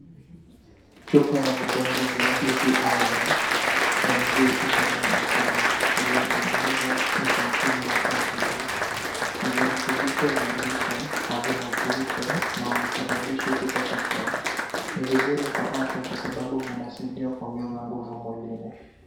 Chupa ya vidonge vya hizi iron mg 25 iliotengenezwa na kampuni ya country life . nivutubisho vya lishe havina glutten na hasibabishi kukosa choo, ni vizuri kwa afya kwa sababu vina saidia kuongeza nguvu mwilini.